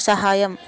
సహాయం